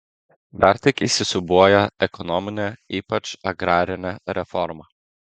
dar tik įsisiūbuoja ekonominė ypač agrarinė reforma